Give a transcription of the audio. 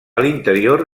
l’interior